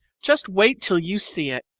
just wait till you see it.